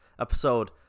episode